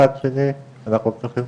מצד שני אנחנו צריכים